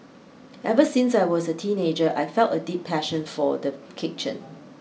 ever since I was a teenager I've felt a deep passion for the kitchen